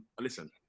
Listen